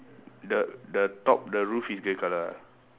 the the top the roof is grey colour ah